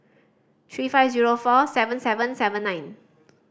three five zero four seven seven seven nine